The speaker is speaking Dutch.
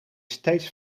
steeds